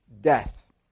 death